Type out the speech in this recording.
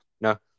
no